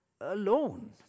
alone